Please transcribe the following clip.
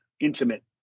intimate